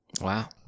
Wow